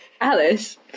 Alice